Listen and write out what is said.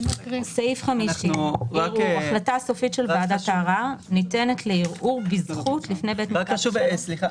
50. החלטה סופית של ועדת הערר ניתנת לערעור בזכות לפני בית משפט השלום,